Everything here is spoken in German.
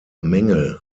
mängel